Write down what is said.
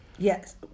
Yes